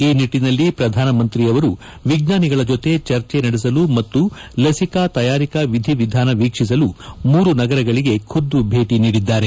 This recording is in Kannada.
ಈ ನಿಟ್ಟನಲ್ಲಿ ಪ್ರಧಾನಮಂತ್ರಿ ಅವರು ವಿಜ್ಞಾನಿಗಳ ಜೊತೆ ಚರ್ಚೆ ನಡೆಸಲು ಮತ್ತು ಲಸಿಕಾ ತಯಾರಿಕಾ ವಿಧಿವಿಧಾನ ವೀಕ್ಷಿಸಲು ಮೂರು ನಗರಗಳಿಗೆ ಖುದ್ದು ಭೇಟಿ ನೀಡಿದ್ದಾರೆ